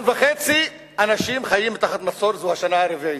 וחצי אנשים חיים תחת מצור זו השנה הרביעית.